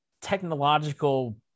technological